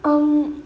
um